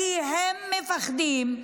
כי הם מפחדים,